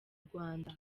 rwanda